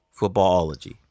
footballology